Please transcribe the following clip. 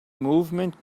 movement